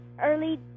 early